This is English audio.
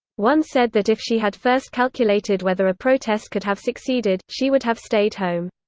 one said that if she had first calculated whether a protest could have succeeded, she would have stayed home.